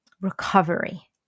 recovery